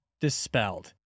dispelled